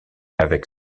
avec